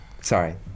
sorry